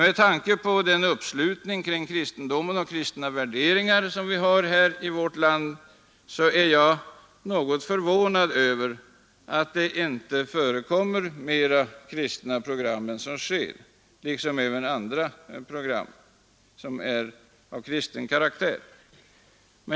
Med tanke på den uppslutning kring kristendomen och kristna värderingar som vi har i vårt land är jag något förvånad över att det inte förekommer flera kristna program, liksom även flera andra program som är av kristen karaktär.